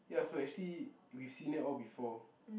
ya so actually we've seen it all before